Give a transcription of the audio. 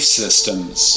systems